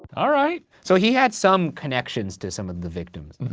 all right. so he had some connections to some of the victims.